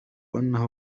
أنه